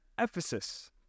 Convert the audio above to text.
Ephesus